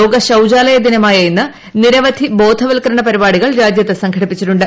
ലോക ശൌചാലയ ദിനമായ ഇന്ന് നീരവധി ബോധവൽക്കരണ പരിപാടികൾ രാജ്യത്ത് സംഘടിപ്പിച്ചിട്ടുണ്ട്